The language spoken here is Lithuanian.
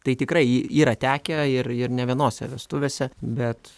tai tikrai yra tekę ir ir ne vienose vestuvėse bet